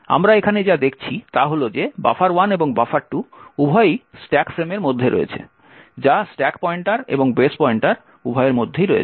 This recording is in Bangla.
আমরা এখানে যা দেখছি তা হল যে buffer1 এবং buffer2 উভয়ই স্ট্যাক ফ্রেমের মধ্যে রয়েছে যা স্ট্যাক পয়েন্টার এবং বেস পয়েন্টার উভয়ের মধ্যেই রয়েছে